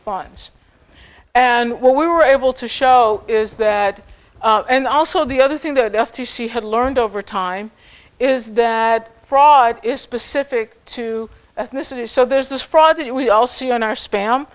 funds and what we were able to show is that and also the other thing that the f t c had learned over time is that fraud is specific to ethnicity so there's this fraud that we all see on our spam